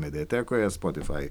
mediatekoje spotifai